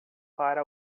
para